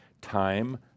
time